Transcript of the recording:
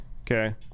Okay